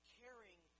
caring